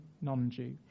non-Jew